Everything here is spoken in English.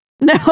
no